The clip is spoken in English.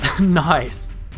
Nice